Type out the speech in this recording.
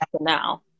now